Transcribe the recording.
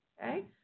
Okay